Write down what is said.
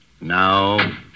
Now